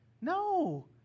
no